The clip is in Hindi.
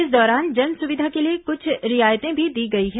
इस दौरान जनसुविधा के लिए कुछ रियायतें भी दी गई हैं